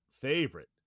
favorite